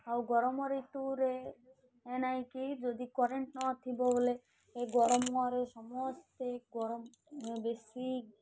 ଆଉ ଗରମ ଋତୁରେ ଏ ନାଇଁକି ଯଦି କରେଣ୍ଟ ନଥିବ ବୋଲେ ଏ ଗରମରେ ସମସ୍ତେ ଗରମ ବେଶୀ